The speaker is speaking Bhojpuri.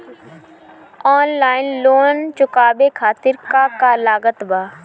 ऑनलाइन लोन चुकावे खातिर का का लागत बा?